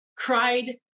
Cried